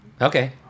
okay